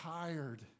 tired